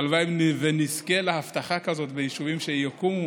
והלוואי שנזכה לאבטחה כזאת ביישובים שיקומו.